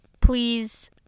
please